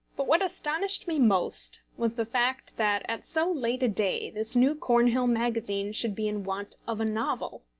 but what astonished me most was the fact that at so late a day this new cornhill magazine should be in want of a novel!